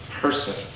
persons